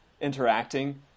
interacting